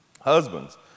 Husbands